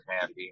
happy